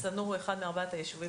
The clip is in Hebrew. אז שא-נור הוא אחד מארבעת היישובים